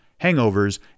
hangovers